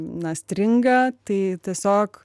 na stringa tai tiesiog